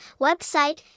website